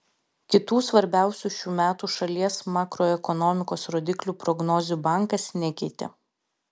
kitų svarbiausių šių metų šalies makroekonomikos rodiklių prognozių bankas nekeitė